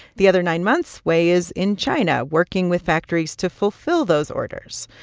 the other nine months, wei is in china, working with factories to fulfill those orders.